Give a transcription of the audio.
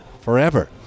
forever